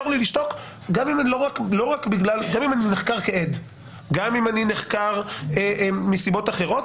לי לשתוק גם אם אני נחקר כעד וגם אם אני נחקר מסיבות אחרות.